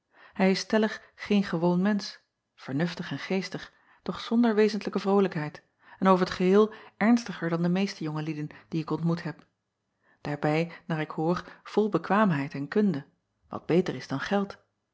ij is stellig geen gewoon mensch vernuftig en geestig doch zonder wezentlijke vrolijkheid en over t geheel ernstiger dan de meeste jonge lieden die ik ontmoet heb daarbij naar ik hoor vol bekwaamheid en kunde wat beter is dan geld